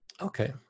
Okay